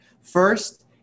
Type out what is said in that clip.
First